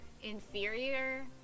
inferior